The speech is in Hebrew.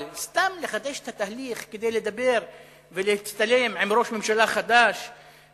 אבל סתם לחדש את התהליך כדי לדבר ולהצטלם עם ראש ממשלה חדש וכדומה?